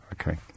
Okay